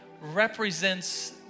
represents